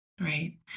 right